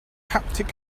haptic